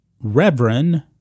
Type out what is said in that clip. Reverend